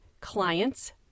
clients